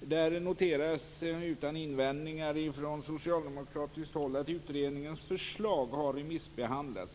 Där noteras utan invändningar från socialdemokratiskt håll: "Utredningens förslag har remissbehandlats.